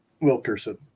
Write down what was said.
Wilkerson